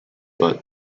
butt